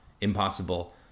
impossible